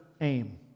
aim